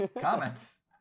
comments